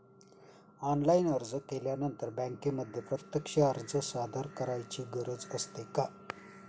Online अर्ज केल्यानंतर बँकेमध्ये प्रत्यक्ष अर्ज सादर करायची गरज असते का?